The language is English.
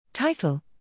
Title